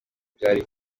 byari